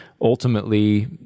ultimately